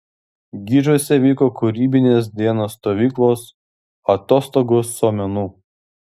gižuose vyko kūrybinės dienos stovyklos atostogos su menu